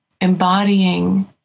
embodying